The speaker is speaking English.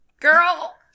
girl